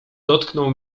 dotknął